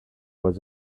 was